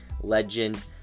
legend